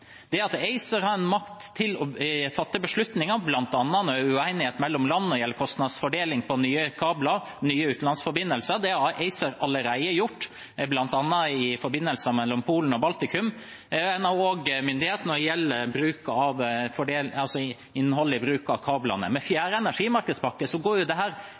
at ACER har makt til å fatte beslutninger bl.a. når det er uenighet mellom land om kostnadsfordeling på nye kabler, nye utenlandsforbindelser. Det har ACER allerede gjort, bl.a. i forbindelser mellom Polen og Baltikum. En har også myndighet når det gjelder innholdet i bruk av kablene. Med fjerde energimarkedspakke går